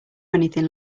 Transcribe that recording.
anything